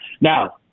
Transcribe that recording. Now